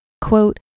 Quote